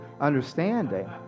understanding